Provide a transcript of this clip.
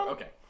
Okay